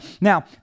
Now